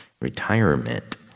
retirement